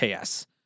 KS